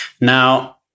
Now